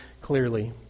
clearly